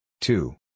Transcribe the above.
Two